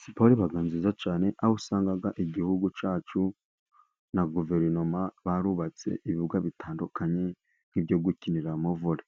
Siporo iba nziza cyane aho usanga igihugu cyacu na guverinoma, barubatse ibibuga bitandukanye nk'ibyo gukiniramo vole,